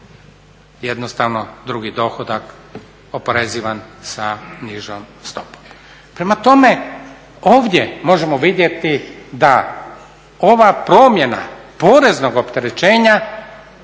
jednostavno drugi dohodak oporezivan sa nižom stopom. Prema tome, ovdje možemo vidjeti da ova promjena poreznog opterećenja